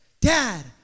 dad